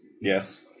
Yes